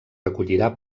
recollirà